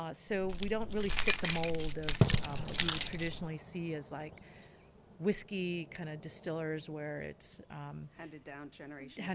ah so we don't really fit the mold of what you would traditionally see as like whiskey kind of distillers where it's handed down generation. and